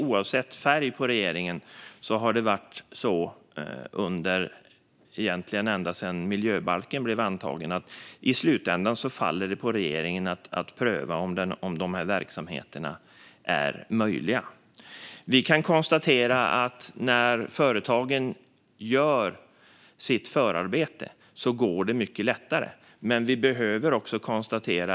Oavsett färg på regeringen har det varit så ända sedan miljöbalken blev antagen: I slutändan faller det på regeringen att pröva om dessa verksamheter är möjliga. Vi kan konstatera att det går mycket lättare när företagen gör sitt förarbete.